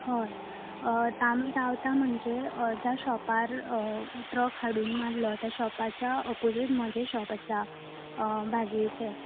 हय आमी रावता म्हणजे हय ज्या शोपार ट्रक हाडून मारलो त्या शोपाच्या ओपोझिट म्हजे शोप आसा भाजयेचे